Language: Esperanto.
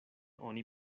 oni